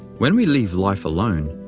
when we leave life alone,